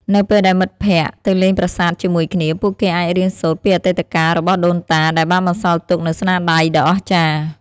នៅពេលដែលមិត្តភក្តិទៅលេងប្រាសាទជាមួយគ្នា ពួកគេអាចរៀនសូត្រពីអតីតកាលរបស់ដូនតា ដែលបានបន្សល់ទុកនូវស្នាដៃដ៏អស្ចារ្យ។